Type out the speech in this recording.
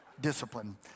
discipline